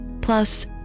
plus